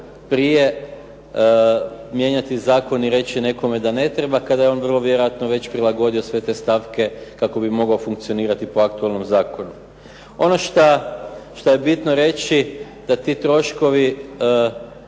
prije mijenjati zakon i reći nekome da ne treba kada je on vrlo vjerojatno već prilagodio sve te stavke kako bi mogao funkcionirati po aktualnom zakonu. Ono što je bitno reći da ti troškovi